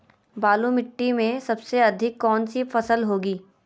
बालू मिट्टी में सबसे अधिक कौन सी फसल होगी?